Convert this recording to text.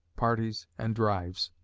parties and drives.